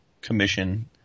commission